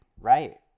Right